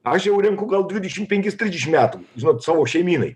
aš jau renku dvidešim penkis trisdešim metų žinot savo šeimynai